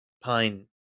Pine